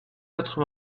quatre